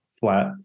flat